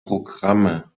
programme